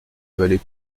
valait